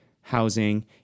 housing